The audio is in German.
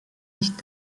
nicht